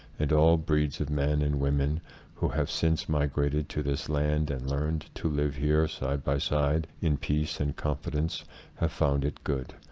and all breeds of men and women who have since migrated to this land and learned to live here side by side in peace and confidence have found it good.